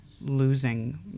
losing